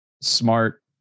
smart